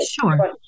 sure